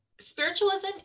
spiritualism